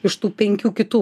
iš tų penkių kitų